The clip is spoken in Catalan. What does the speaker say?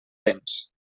temps